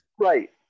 Right